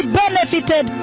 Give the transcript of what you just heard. benefited